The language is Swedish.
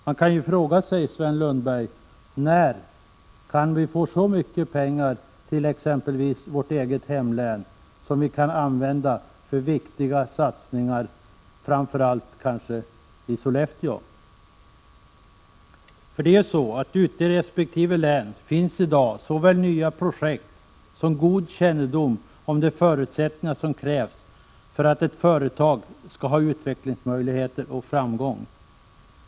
Man kan ju fråga sig, Sven Lundberg: När kan vi få så mycket pengar till t.ex. vårt eget hemlän som vi kan använda till viktiga satsningar, kanske framför allt i Sollefteå? Ute i resp. län finns ju i dag såväl nya projekt som god kännedom om de förutsättningar som krävs för att ett företag skall ha utvecklingsmöjligheter och framgång.